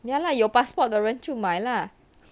ya lah 有 passport 的人就买 lah